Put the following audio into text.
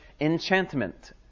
enchantment